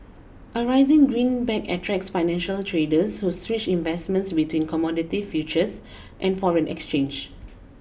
a rising greenback attracts financial traders who switch investments between commodity futures and foreign exchange